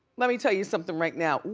let me tell you something, right now. ooh,